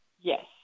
Yes